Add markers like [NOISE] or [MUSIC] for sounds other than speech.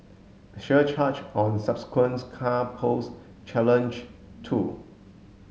surcharge on subsequent [UNINTELLIGIBLE] car pose challenge too